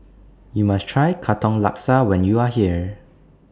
YOU must Try Katong Laksa when YOU Are here